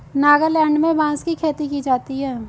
नागालैंड में बांस की खेती की जाती है